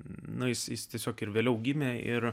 na jis jis tiesiog ir vėliau gimė ir